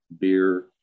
beer